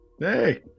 Hey